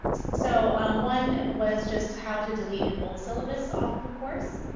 so one was just to how to delete an old syllabus off, of course.